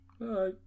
Bye